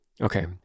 okay